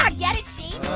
ah get it, sheet?